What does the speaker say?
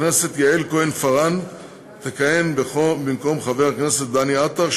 חברת הכנסת יעל כהן-פארן תכהן במקום חבר הכנסת דניאל עטר,